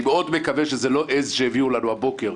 מקווה מאוד שזו לא עז שהביאו לנו הבוקר,